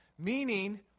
Meaning